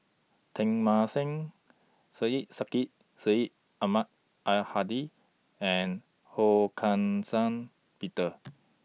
Teng Mah Seng Syed Sheikh Syed Ahmad Al Hadi and Ho Peter